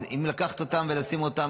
אז אם לקחת אותם ולשים אותה,